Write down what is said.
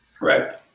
Right